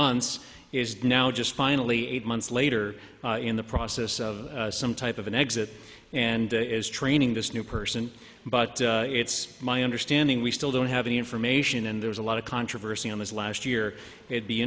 months is now just finally eight months later in the process of some type of an exit and is training this new person but it's my understanding we still don't have any information and there's a lot of controversy on this last year it be